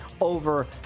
over